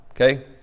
Okay